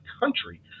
country